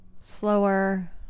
slower